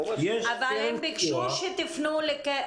יש קרן סיוע --- לאן ביקשו שתפנו?